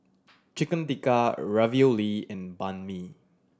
Chicken Tikka Ravioli and Banh Mi